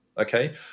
Okay